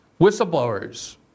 whistleblowers